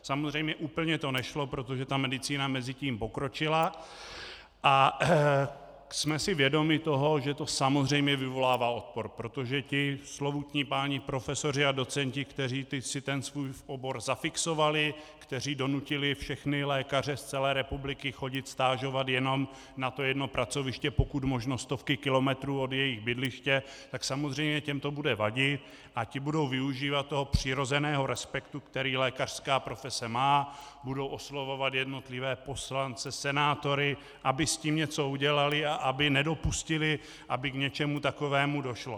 Samozřejmě úplně to nešlo, protože medicína mezitím pokročila, a jsme si vědomi toho, že to samozřejmě vyvolává odpor, protože ti slovutní páni profesoři a docenti, kteří si svůj obor zafixovali, kteří donutili všechny lékaře z celé republiky chodit stážovat jenom na to jedno pracoviště, pokud možno stovky kilometrů od jejich bydliště, tak samozřejmě těm to bude vadit a ti budou využívat přirozeného respektu, který lékařská profese má, budou oslovovat jednotlivé poslance, senátory, aby s tím něco udělali a aby nedopustili, aby k něčemu takovému došlo.